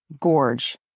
gorge